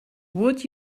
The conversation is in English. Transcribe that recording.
would